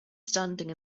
standing